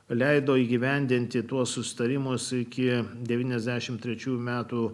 leido įgyvendinti tuos susitarimus iki devyniasdešim trečiųjų metų